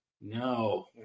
No